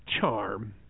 charm